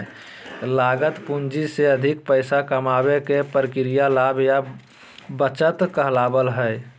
लागत पूंजी से अधिक पैसा कमाबे के प्रक्रिया लाभ या बढ़त कहलावय हय